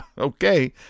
Okay